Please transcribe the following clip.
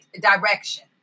direction